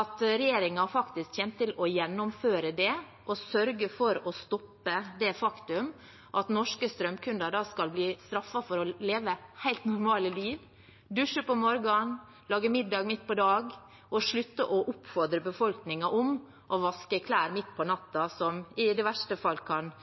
at regjeringen faktisk kommer til å gjennomføre det og sørge for å stoppe det faktum at norske strømkunder skal bli straffet for å leve et helt normalt liv – dusje om morgenen, lage middag midt på dagen – og at man slutter å oppfordre befolkningen til å vaske klær midt på natten, som i verste fall kan